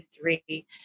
three